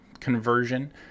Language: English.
conversion